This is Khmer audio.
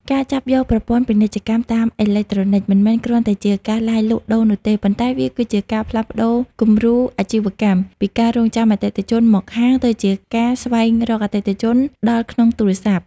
ការចាប់យក ប្រព័ន្ធពាណិជ្ជកម្មតាមអេឡិចត្រូនិក មិនមែនគ្រាន់តែជាការឡាយលក់ដូរនោះទេ ប៉ុន្តែវាគឺជាការផ្លាស់ប្តូរ គំរូអាជីវកម្ម ពីការរង់ចាំអតិថិជនមកហាង ទៅជាការស្វែងរកអតិថិជនដល់ក្នុងទូរស័ព្ទ។